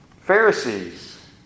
Pharisees